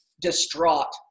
distraught